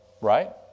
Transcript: Right